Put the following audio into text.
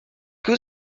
vous